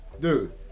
dude